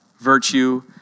virtue